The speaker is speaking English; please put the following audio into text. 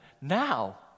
now